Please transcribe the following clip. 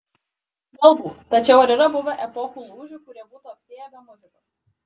galbūt tačiau ar yra buvę epochų lūžių kurie būtų apsiėję be muzikos